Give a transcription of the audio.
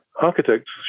architects